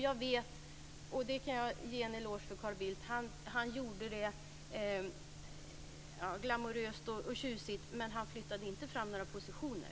Jag kan ge en eloge till Carl Bildt för att han gjorde det glamoröst och tjusigt, men han flyttade inte fram några positioner.